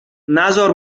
نزار